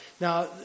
Now